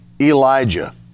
Elijah